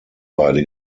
beide